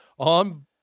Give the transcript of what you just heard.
On